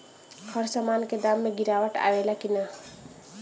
हर सामन के दाम मे गीरावट आवेला कि न?